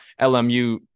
LMU